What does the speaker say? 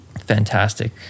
fantastic